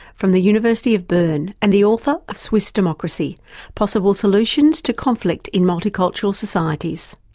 from the university of bern and the author of swiss democracy possible solutions to conflict in multicultural societies.